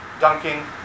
dunking